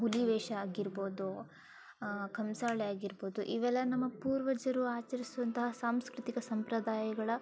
ಹುಲಿವೇಷ ಆಗಿರ್ಬೋದು ಕಂಸಾಳೆ ಆಗಿರ್ಬೋದೂ ಇವೆಲ್ಲ ನಮ್ಮ ಪೂರ್ವಜರು ಆಚರಿಸುವಂತಹ ಸಾಂಸ್ಕೃತಿಕ ಸಂಪ್ರದಾಯಗಳ